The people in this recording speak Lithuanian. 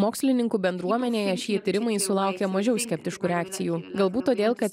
mokslininkų bendruomenėje šie tyrimai sulaukė mažiau skeptiškų reakcijų galbūt todėl kad